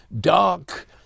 dark